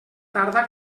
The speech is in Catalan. tarda